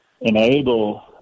enable